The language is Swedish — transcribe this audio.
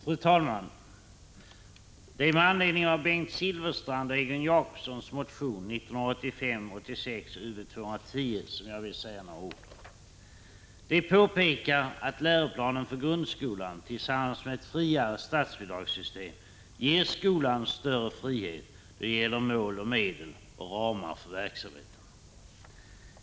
Fru talman! Det är med anledning av Bengt Silfverstrands och Egon Jacobssons motion 1985/86:Ub210 som jag vill säga några ord. De påpekar att läroplanen för grundskolan tillsammans med ett friare statsbidragssystem ger skolan större frihet då det gäller mål och medel och ramar för verksamheten.